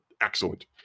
excellent